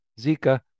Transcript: Zika